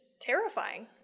terrifying